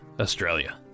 Australia